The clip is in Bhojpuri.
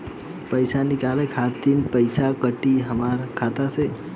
पईसा निकाले खातिर भी पईसा कटी हमरा खाता से?